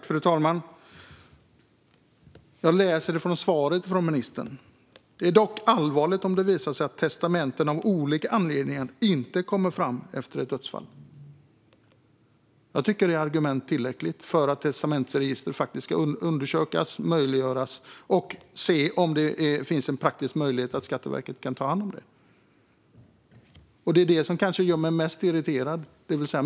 Fru talman! Jag läser i svaret från ministern: "Det är dock allvarligt om det visar sig att testamenten av olika anledningar inte kommer fram efter ett dödsfall." Jag tycker att det är ett tillräckligt argument för att testamentsregister ska undersökas, möjliggöras och se om det finns en praktisk möjlighet att Skatteverket kan ta hand om det. Det är kanske det som gör mig mest irriterad.